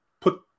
put